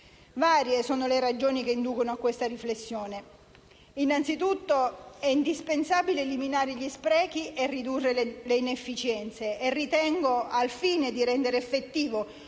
Varie sono le ragioni che inducono a questa riflessione. Innanzitutto, è indispensabile eliminare gli sprechi e ridurre le inefficienze, ritengo, al fine di rendere effettivo